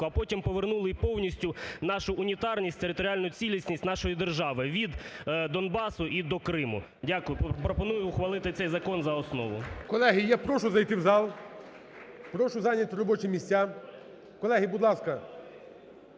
а потім повернули і повністю нашу унітарність, територіальну цілісність нашої держави від Донбасу і до Криму. Дякую. Пропоную ухвалити цей закон за основу. ГОЛОВУЮЧИЙ. Колеги, я прошу зайти в зал, прошу зайняти робочі місця. Колеги, будь ласка…